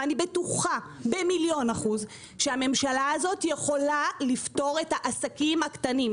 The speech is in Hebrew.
ואני בטוחה במיליון אחוז שהממשלה הזאת יכולה לפטור את העסקים הקטנים,